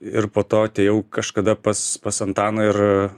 ir po to atėjau kažkada pas pas antaną ir